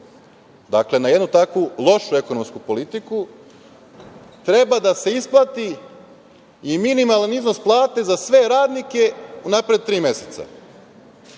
dakle, na jednu takvu lošu ekonomsku politiku, treba da se isplati i minimalan iznos plate za sve radnike unapred tri meseca.